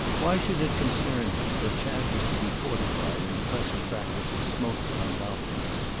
why should it concern him that chad was to be fortified in the pleasant practice of smoking on balconies,